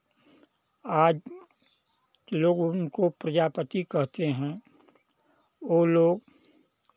आज लोग उनको प्रजापति कहते हैं वो लोग